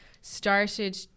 started